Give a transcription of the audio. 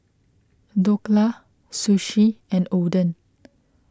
Dhokla Sushi and Oden